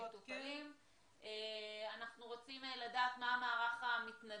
אנחנו רוצים לדעת מה מערך המתנדבים.